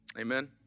Amen